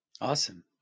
awesome